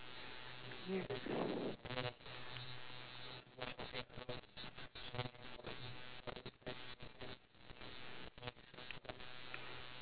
mm